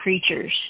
creatures